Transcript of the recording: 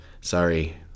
sorry